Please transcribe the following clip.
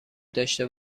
داشته